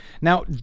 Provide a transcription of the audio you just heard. Now